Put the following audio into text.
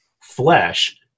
flesh